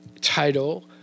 title